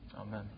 Amen